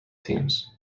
teams